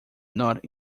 not